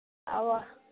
అవా